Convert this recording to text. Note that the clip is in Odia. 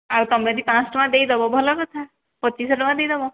ଆଉ ତୁମେ ଯଦି ପାଞ୍ଚ ଶହ ଟଙ୍କା ଦେଇଦେବ ଭଲ କଥା ପଚିଶ ଶହ ଟଙ୍କା ଦେଇଦେବ